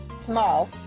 small